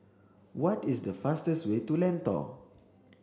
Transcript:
what is the fastest way to Lentor